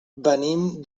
venim